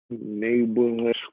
neighborhood